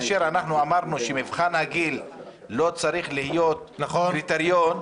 אמרנו שמבחן הגיל לא צריך להיות קריטריון.